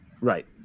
Right